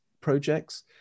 projects